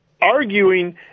arguing